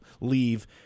leave